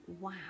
wow